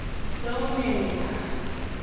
so many times,